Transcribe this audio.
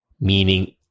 meaning